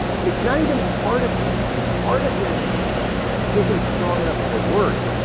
it's not even partisan, because partisan isn't strong enough of a word.